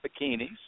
bikinis